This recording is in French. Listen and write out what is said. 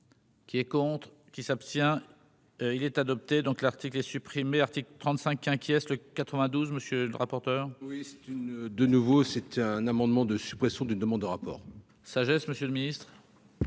Qui est contre qui s'abstient, il est adopté, donc, l'article est supprimé, article 35 inquiète le 92, monsieur le rapporteur. Oui, c'est une de nouveau, c'était un amendement de suppression d'une demande de rapport. Sagesse Monsieur le Ministre,